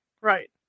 right